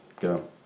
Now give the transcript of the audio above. Go